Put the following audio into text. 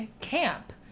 camp